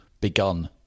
begun